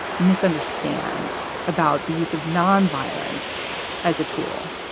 misunderstand about the use of nonviolence as a tool